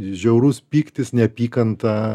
žiaurus pyktis neapykanta